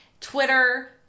Twitter